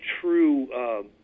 true